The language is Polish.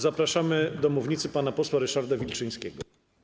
Zapraszamy na mównicę pana posła Ryszarda Wilczyńskiego.